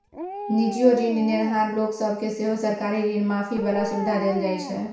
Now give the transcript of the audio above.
निजीयो ऋण नेनहार लोक सब केँ सेहो सरकारी ऋण माफी बला सुविधा देल जाइ छै